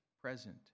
present